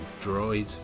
droid